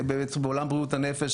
בעולם בריאות הנפש,